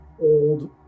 old